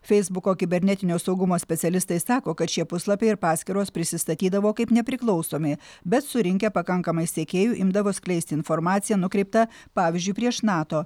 feisbuko kibernetinio saugumo specialistai sako kad šie puslapiai ir paskyros prisistatydavo kaip nepriklausomi bet surinkę pakankamai sekėjų imdavo skleist informaciją nukreiptą pavyzdžiui prieš nato